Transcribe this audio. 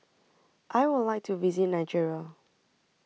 I Would like to visit Nigeria